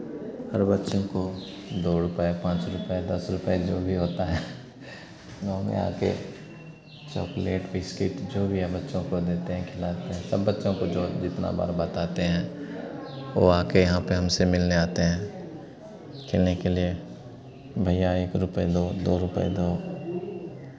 हर बच्चों को दो रुपए पाँच रुपए दस रुपए जो भी होता है गाँव में आके चॉकलेट बिस्किट जो भी है बच्चों को देते हैं खिलाते हैं सब बच्चों को जो है जितना बार बताते हैं ओ आके यहाँ पे हमसे मिलने आते हैं खेलने के लिए भैया एक रुपए दो दो रुपए दो